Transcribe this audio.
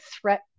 threat